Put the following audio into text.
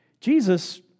Jesus